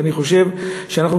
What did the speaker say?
ואני חושב שאנחנו,